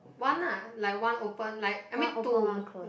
one lah like one open like I mean two